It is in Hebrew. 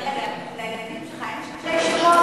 רגע, לילדים שלך אין שני שמות?